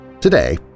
Today